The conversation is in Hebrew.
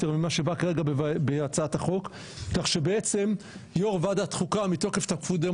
ממה שבא כרגע בהצעת החוק כך שבעצם יו"ר ועדת חוקה מתוקף תפקידו,